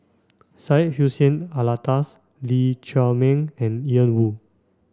Syed Hussein Alatas Lee Chiaw Meng and Ian Woo